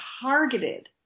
targeted